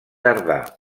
tardà